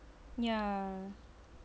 ya